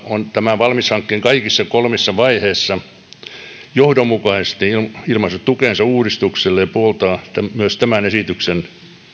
on tämän valmis hankkeen kaikissa kolmessa vaiheessa johdonmukaisesti ilmaissut tukensa uudistukselle ja puoltaa myös tämän esityksen